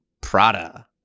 Prada